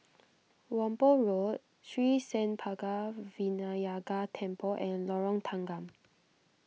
Whampoa Road Sri Senpaga Vinayagar Temple and Lorong Tanggam